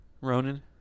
Ronan